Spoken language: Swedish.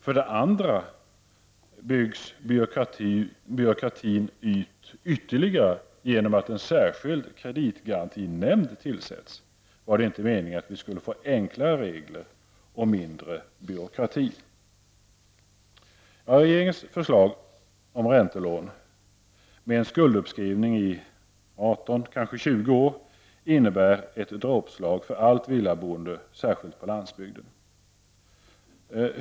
För det andra byggs byråkratin ut ytterligare genom att en särskild kreditgarantinämnd tillsätts. Var det inte meningen att vi skulle få enklare regler och mindre byråkrati? Regeringens förslag om räntelån med en skulduppskrivning i 18 till 20 år innebär ett dråpslag mot allt villaboende, och då särskilt på landsbygden.